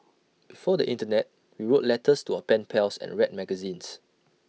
before the Internet we wrote letters to our pen pals and read magazines